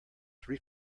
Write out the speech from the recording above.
three